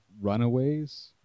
runaways